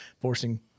forcing